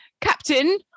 Captain